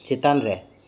ᱪᱮᱛᱟᱱ ᱨᱮ